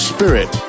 Spirit